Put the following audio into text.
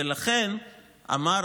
ולכן, אמר